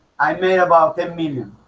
i made about ten million